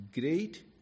Great